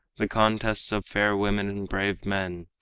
the contests of fair women and brave men,